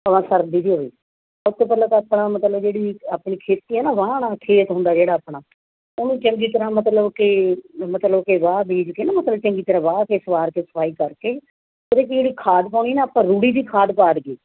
ਭਵਾਂ ਸਰਦੀ ਦੀ ਹੋਵੇ ਸਭ ਤੋਂ ਪਹਿਲਾਂ ਤਾਂ ਆਪਾਂ ਮਤਲਬ ਜਿਹੜੀ ਇੱਕ ਆਪਣੀ ਖੇਤੀ ਹੈ ਨਾ ਵਾਹਣ ਵਾਲਾ ਖੇਤ ਹੁੰਦਾ ਜਿਹੜਾ ਆਪਣਾ ਉਹਨੂੰ ਚੰਗੀ ਤਰ੍ਹਾਂ ਮਤਲਬ ਕਿ ਮਤਲਬ ਕੇ ਵਾਹ ਬੀਜ ਕੇ ਨਾ ਮਤਲਬ ਚੰਗੀ ਤਰ੍ਹਾਂ ਵਾਹ ਕੇ ਸਵਾਰ ਕੇ ਸਫਾਈ ਕਰਕੇ ਉਹਦੇ 'ਚ ਜਿਹੜੀ ਖਾਦ ਪਾਉਣੀ ਨਾ ਆਪਾਂ ਰੂੜੀ ਦੀ ਖਾਦ ਪਾ ਦੇਈਏ